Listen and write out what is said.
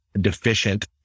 deficient